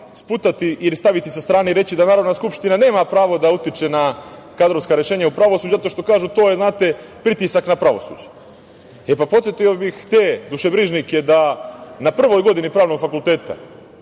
sputati ili staviti sa strane i reći da Narodna skupština nema pravo da utiče na kadrovska rešenja u pravosuđu, zato što kažu – to je, znate, pritisak na pravosuđe. Podsetio bih te dužebrižnike da na prvoj godini pravnog fakulteta